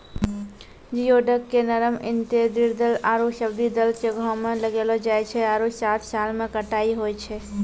geoduck के नरम intertidal आरो सब्तिदल जग्हो में लगैलो जाय छै आरो सात साल में कटाई होय छै